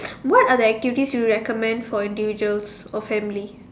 what are the activities you recommend for individuals or families